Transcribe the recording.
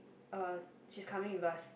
uh she's coming with us